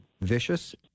vicious